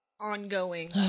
ongoing